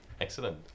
excellent